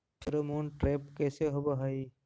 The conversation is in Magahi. फेरोमोन ट्रैप कैसे होब हई?